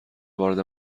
وارد